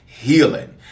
healing